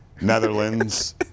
Netherlands